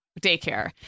daycare